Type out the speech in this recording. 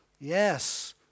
Yes